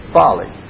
folly